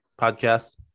podcast